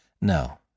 No